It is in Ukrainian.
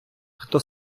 хто